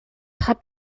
hat